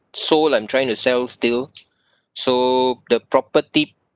sold I'm trying to sell still so the property